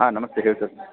ಹಾಂ ನಮಸ್ತೆ ಹೇಳಿ ಸರ್